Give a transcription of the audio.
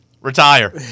retire